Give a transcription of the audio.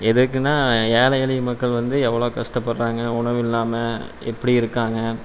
எதுக்குன்னா ஏழை எளிய மக்கள் வந்து எவ்ளோ கஷ்டப்படுறாங்க உணவு இல்லாமல் எப்படி இருக்காங்க